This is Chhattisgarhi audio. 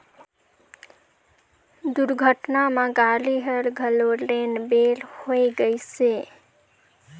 दुरघटना म गाड़ी हर घलो रेन बेर होए गइसे